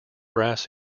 brass